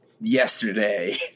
yesterday